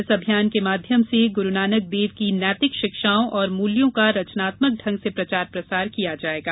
इस अभियान के माध्यम से गुरूनानक देव की नैतिक शिक्षाओं और मूल्यों का रचनात्मक ढंग से प्रचार प्रसार किया जायेगा